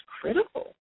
critical